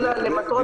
אלא למטרות אכיפה.